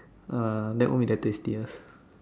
uh that won't be the tastiest